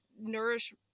nourish